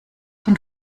von